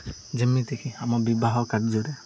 ଯେମିତିକି ଆମ ବିବାହ କାର୍ଯ୍ୟରେ